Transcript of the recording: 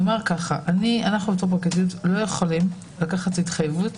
אנו כפרקליטות לא יכולים לקחת התחייבות